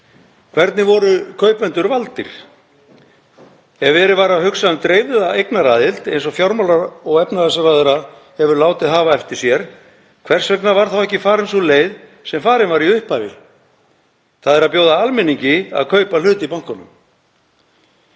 Hvernig voru kaupendur valdir? Þegar verið var að hugsa um dreifða eignaraðild, eins og fjármála- og efnahagsráðherra hefur látið hafa eftir sér, hvers vegna var þá ekki farin sú leið sem farin var í upphafi, þ.e. að bjóða almenningi að kaupa hlut í bönkunum?